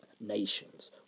nations